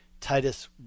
Titus